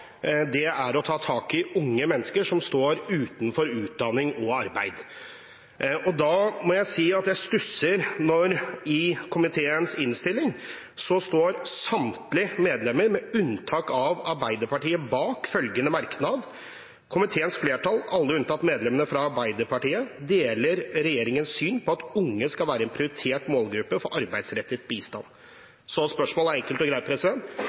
Da må jeg si at jeg stusser når det i komiteens innstilling står: «Komiteens flertall, alle unntatt medlemmene fra Arbeiderpartiet, deler regjeringens syn på at unge skal være en prioritert målgruppe for arbeidsrettet bistand.» Spørsmålet er enkelt og greit: